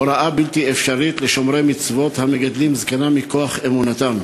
הוראה בלתי אפשרית לשומרי מצוות המגדלים זקנים מכוח אמונתם,